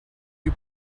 you